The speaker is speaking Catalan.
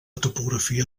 topografia